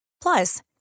Plus